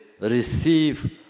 receive